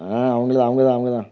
ஆ அவங்க தான் அவங்க தான் அவங்க தான்